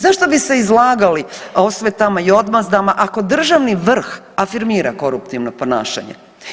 Zašto bi se izlagali osvetama i odmazdama ako državni vrh afirmira koruptivno ponašanje?